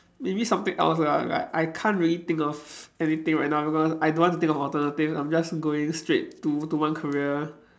maybe something else lah like I can't really think of anything right now because I don't want think of alternatives I'm just going straight to to one career